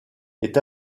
est